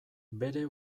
bere